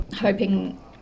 hoping